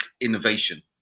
innovation